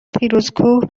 فیروزکوه